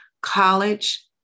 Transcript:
College